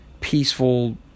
peaceful